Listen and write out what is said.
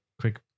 quick